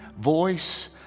voice